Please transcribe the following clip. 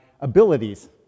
abilities